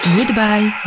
Goodbye